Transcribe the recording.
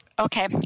Okay